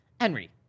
Henry